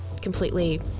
completely